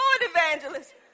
evangelist